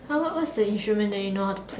how long what's the insurance that you know how to